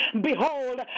Behold